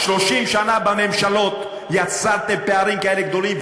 30 שנה בממשלות יצרתם פערים כאלה גדולים.